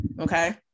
okay